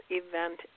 event